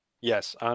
Yes